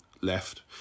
left